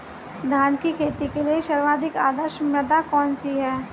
धान की खेती के लिए सर्वाधिक आदर्श मृदा कौन सी है?